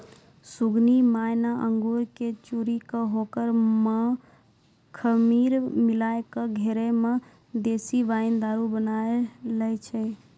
सुगनी माय न अंगूर कॅ चूरी कॅ होकरा मॅ खमीर मिलाय क घरै मॅ देशी वाइन दारू बनाय लै छै